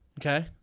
Okay